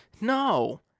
No